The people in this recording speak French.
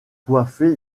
coiffé